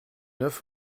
oeuf